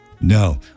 No